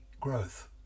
growth